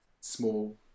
small